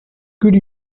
could